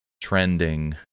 trending